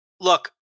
Look